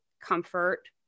comfort